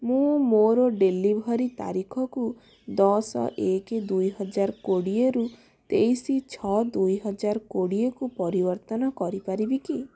ମୁଁ ମୋର ଡେଲିଭରି ତାରିଖକୁ ଦଶ ଏକ ଦୁଇହଜାର କୋଡ଼ିଏରୁ ତେଇଶ ଛଅ ଦୁଇହଜାର କୋଡ଼ିଏକୁ ପରିବର୍ତ୍ତନ କରିପାରିବି କି